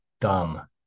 dumb